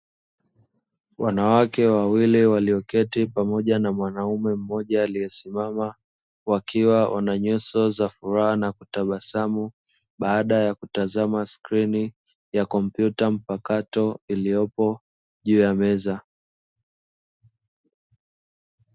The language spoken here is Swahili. Wanawake wa wili walioketi pamoja na mwanaume mmoja aliyesimama, wakiwa wana nyuso za furaha na kutabasamu baada ya kutazama sklini ya kompyuta mpakato iliyopo juu ya meza.